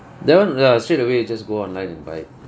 that one ya straight away you just go online and buy